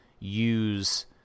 use